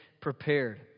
prepared